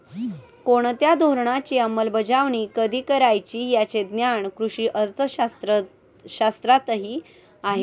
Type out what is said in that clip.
कोणत्या धोरणाची अंमलबजावणी कधी करायची याचे ज्ञान कृषी अर्थशास्त्रातही आहे